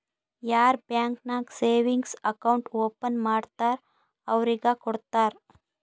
ಯಾರ್ ಬ್ಯಾಂಕ್ ನಾಗ್ savings account open ಮಾಡ್ತಾರ್ ಅವ್ರಿಗ ಕೊಡ್ತಾರ್